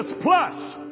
plus